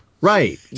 Right